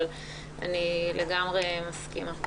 אבל אני לגמרי מסכימה.